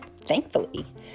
thankfully